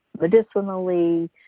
medicinally